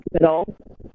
hospital